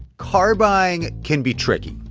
car buying can be tricky.